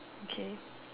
okay